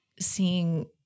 seeing